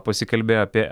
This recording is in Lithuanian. pasikalbėjo apie